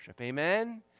Amen